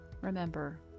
Remember